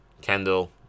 Kendall